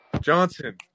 Johnson